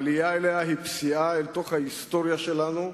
העלייה אליה היא פסיעה אל תוך ההיסטוריה שלנו,